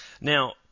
Now –